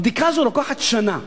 הבדיקה הזאת לוקחת שנה.